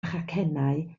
chacennau